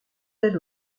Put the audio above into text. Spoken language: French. elles